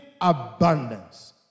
abundance